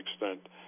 extent